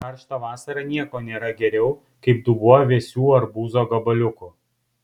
karštą vasarą nieko nėra geriau kaip dubuo vėsių arbūzo gabaliukų